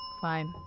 Fine